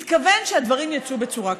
התכוון שהדברים יצאו בצורה כזאת.